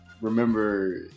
remember